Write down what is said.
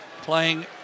playing